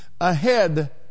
ahead